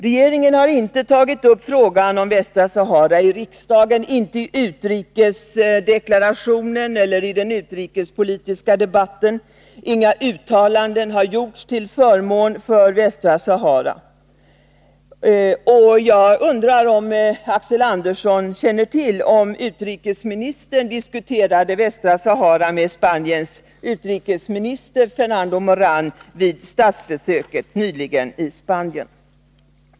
Regeringen har inte tagit upp frågan om Västra Sahara i riksdagen, inte heller i utrikesdeklarationen eller i den utrikespolitiska debatten. Inga uttalanden har gjorts till förmån för Västra Sahara. Jag undrar om Axel Andersson känner till om utrikesministern diskuterade Västra Sahara med Spaniens utrikesminister, Fernando Moran, vid statsbesöket nyligen i Spanien?